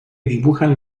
dibujan